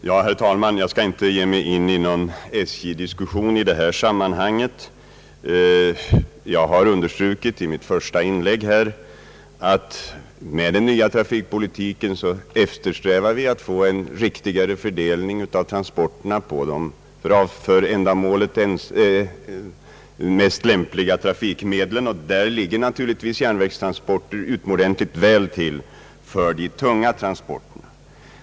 Herr talman! Jag skall inte ge mig in på någon SJ-diskussion i detta sammanhang. I mitt första inlägg här i kammaren underströk jag att med den nya trafikpolitiken eftersträvar vi att få en riktigare fördelning av transporterna på de för ändamålet mest lämpliga trafikmedlen. Då ligger naturligtvis järnvägstransporter utomordentligt väl till för tungt gods.